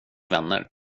vänner